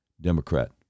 Democrat